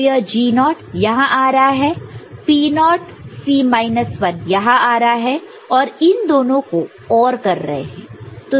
तो यह G0 naught naught यहां आ रहा है P0 naught naught C minus 1 यहां आ रहा है और इन दोनों कोOR कर रहे हैं